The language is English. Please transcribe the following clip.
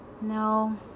No